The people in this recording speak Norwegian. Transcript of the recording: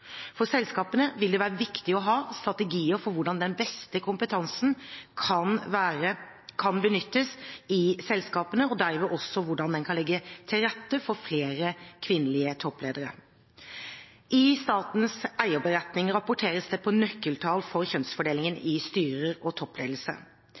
For selskapene vil det være viktig å ha strategier for hvordan den beste kompetansen kan benyttes i selskapene, og derved også hvordan en kan legge til rette for flere kvinnelige toppledere. I Statens eierberetning rapporteres det på nøkkeltall for kjønnsfordelingen